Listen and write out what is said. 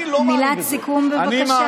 מילת סיכום, בבקשה.